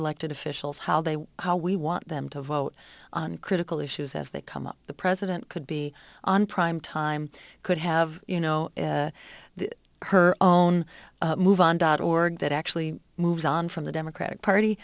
elected officials how they how we want them to vote on critical issues as they come up the president could be on prime time could have you know her own move on dot org that actually moves on from the democratic party